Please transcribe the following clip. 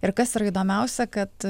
ir kas yra įdomiausia kad